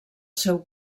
seu